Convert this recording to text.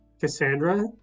Cassandra